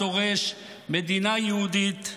הדורש מדינה יהודית,